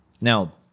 Now